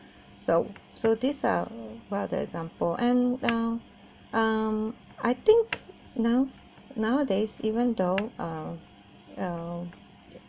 so so this uh all the examples and um um I think now nowadays even though uh uh